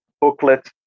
booklet